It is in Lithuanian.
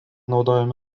naudojami